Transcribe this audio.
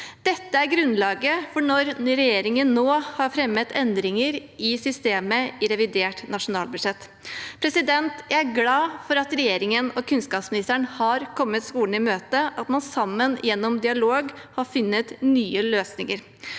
Dette er grunnlaget når regjeringen nå har fremmet endringer i systemet i revidert nasjonalbudsjett. Jeg er glad for at regjeringen og kunnskapsministeren har kommet skolene i møte, og at man sammen, gjennom dialog, har funnet nye løsninger.